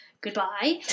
goodbye